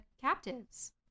captives